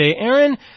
Aaron